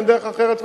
אין דרך אחרת ראשית.